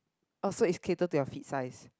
oh so is catered to your feet size